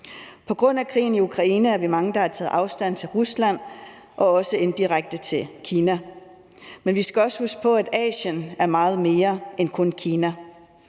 På grund af krigen i Ukraine er vi mange, der har taget afstand til Rusland og også indirekte til Kina, men vi skal også huske på, at Asien er meget mere end kun Kina.